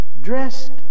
dressed